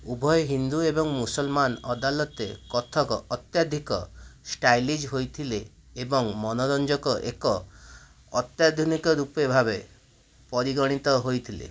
ଉଭୟ ହିନ୍ଦୁ ଏବଂ ମୁସଲମାନ ଅଦାଲତରେ କଥକ ଅତ୍ୟଧିକ ଷ୍ଟାଇଲିଜ୍ ହୋଇଥିଲେ ଏବଂ ମନୋରଞ୍ଜନର ଏକ ଅତ୍ୟାଧୁନିକ ରୂପ ଭାବରେ ପରିଗଣିତ ହୋଇଥିଲେ